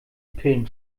pillen